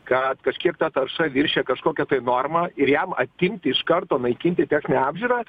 kad kažkiek ta tarša viršija kažkokią normą ir jam atimti iš karto naikinti techninę apžiūrą